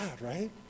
right